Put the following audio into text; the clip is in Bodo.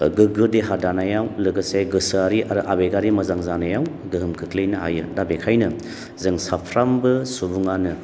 गोग्गो देहा दानायाव लोगोसे गोसोयारि आरो आबेगारि मोजां जानायाव गोहोम खोख्लैनो हायो दा बेखायनो जों साफ्रोमबो सुबुङानो